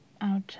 out